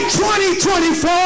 2024